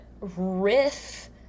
riff